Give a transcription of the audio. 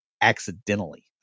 accidentally